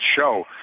show